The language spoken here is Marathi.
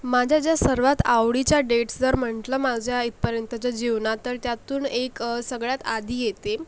माझ्या ज्या सर्वात आवडीच्या डेट्स जर म्हटलं माझ्या इथपर्यंतच्या जीवनात तर त्यातून एक सगळ्यात आधी येते